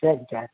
சரிங்க சார்